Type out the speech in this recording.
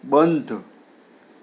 બંધ